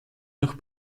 noch